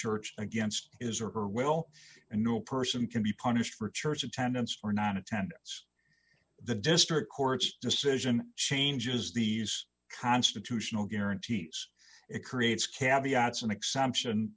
church against is or will and no person can be punished for church attendance for nonattendance the district court's decision changes these constitutional guarantees it creates kaviak it's an exception